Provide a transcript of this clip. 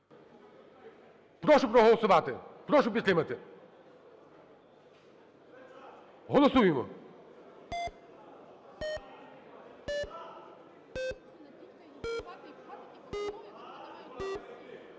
Прошу проголосувати. Прошу підтримати. Голосуємо.